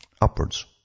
Upwards